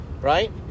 right